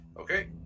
okay